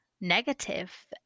negative